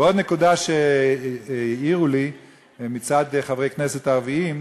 ועוד נקודה שהעירו לי מצד חברי הכנסת הערבים,